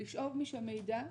לשאוב משם מידע,